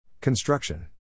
Construction